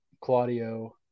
Claudio